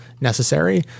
necessary